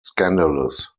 scandalous